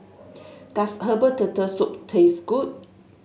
does Herbal Turtle Soup taste good